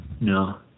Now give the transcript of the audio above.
No